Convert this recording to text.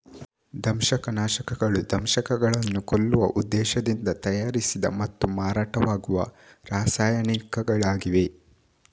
ದಂಶಕ ನಾಶಕಗಳು ದಂಶಕಗಳನ್ನು ಕೊಲ್ಲುವ ಉದ್ದೇಶದಿಂದ ತಯಾರಿಸಿದ ಮತ್ತು ಮಾರಾಟವಾಗುವ ರಾಸಾಯನಿಕಗಳಾಗಿವೆ